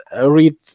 read